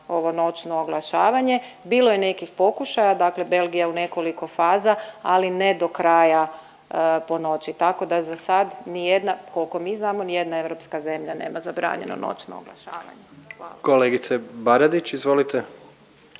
ovo noćno oglašavanje. Bilo je nekih pokušaja, dakle Belgija u nekoliko faza, ali ne do kraja po noći, tako da za sad ni jedna, koliko mi znamo ni jedna europska zemlja nema zabranjeno noćno oglašavanje. Hvala. **Jandroković,